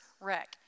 wreck